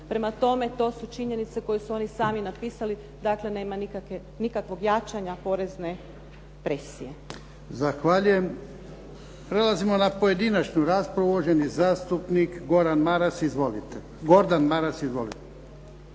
Prema tome, to su činjenice koje su oni sami napisali. Dakle, nema nikakvog jačanja porezne presije. **Jarnjak, Ivan (HDZ)** Prelazimo na pojedinačnu raspravu. Uvaženi zastupnik Gordan Maras. Izvolite.